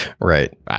right